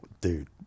dude